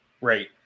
Right